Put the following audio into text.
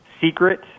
secret